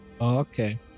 okay